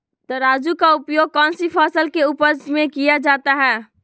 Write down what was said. तराजू का उपयोग कौन सी फसल के उपज में किया जाता है?